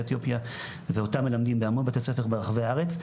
אתיופיה ואותם מלמדים בהמון בתי ספר ברחבי הארץ,